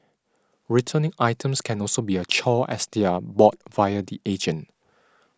returning items can also be a chore as they are bought via the agent